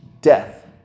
death